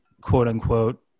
quote-unquote